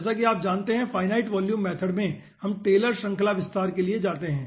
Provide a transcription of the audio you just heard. जैसा कि आप जानते हैं कि फिनिट वॉल्यूम मेथड में हम टेलर श्रृंखला विस्तार के लिए जाते हैं